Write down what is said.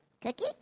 Cookie